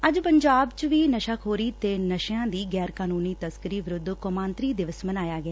ਅੱਜ ਪੰਜਾਬ ਚ ਵੀ ਨਸ਼ਾਖੋਰੀ ਤੇ ਨਸ਼ਿਆਂ ਦੀ ਗੈਰਕਾਨੁੰਨੀ ਤਸਕਰੀ ਵਿਰੁੱਧ ਕੌਮਾਂਤਰੀ ਦਿਵਸ ਮਨਾਇਆ ਗਿਆ